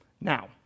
Now